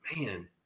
man